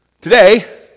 today